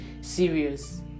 serious